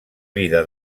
vida